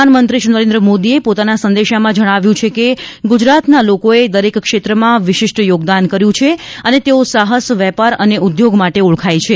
પ્રધાનમંત્રી શ્રી નરેન્દ્ર મોદીએ પોતાના સંદેશામાં જણાવ્યું છે કે ગુજરાતના લોકોએ દરેક ક્ષેત્રમાં વિશિષ્ટ યોગદાન કર્યું છે અને તેઓ સાહસ વેપાર અને ઉદ્યોગ માટે ઓળખાય છે